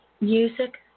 Music